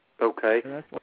Okay